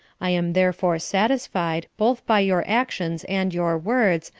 i am therefore satisfied, both by your actions and your words,